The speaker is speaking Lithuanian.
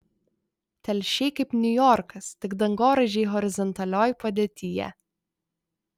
telšiai kaip niujorkas tik dangoraižiai horizontalioj padėtyje